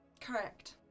Correct